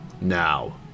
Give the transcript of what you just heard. now